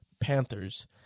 Panthers